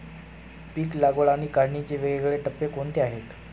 पीक लागवड आणि काढणीचे वेगवेगळे टप्पे कोणते आहेत?